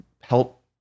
help